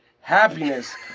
happiness